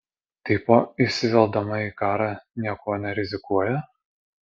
tipo įsiveldama į karą niekuo nerizikuoja